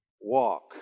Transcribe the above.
Walk